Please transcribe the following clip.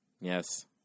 Yes